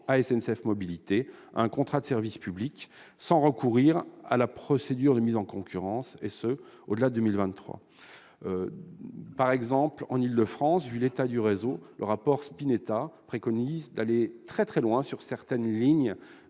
à SNCF Mobilités un contrat de service public sans recourir à la procédure de mise en concurrence, et ce au-delà de 2023. Ainsi, en Île-de-France, vu l'état du réseau, le rapport Spinetta préconise de repousser très loin l'ouverture à